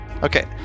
Okay